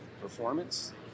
performance